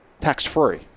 tax-free